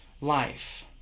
life